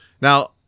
Now